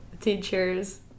teachers